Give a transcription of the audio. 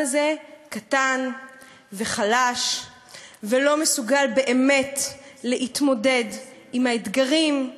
הזה קטן וחלש ולא מסוגל באמת להתמודד עם האתגרים,